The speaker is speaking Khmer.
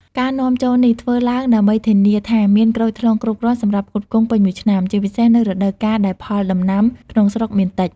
ការនាំចូលនេះធ្វើឡើងដើម្បីធានាថាមានក្រូចថ្លុងគ្រប់គ្រាន់សម្រាប់ផ្គត់ផ្គង់ពេញមួយឆ្នាំ ជាពិសេសនៅរដូវកាលដែលផលដំណាំក្នុងស្រុកមានតិច។